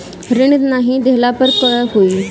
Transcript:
ऋण नही दहला पर का होइ?